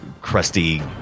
crusty